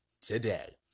today